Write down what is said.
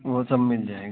वह सब मिल जाएगी